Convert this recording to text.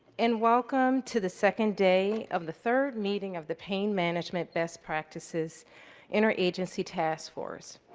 and welcome to the second day of the third meeting of the pain management best practices inter-agency task force.